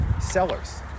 sellers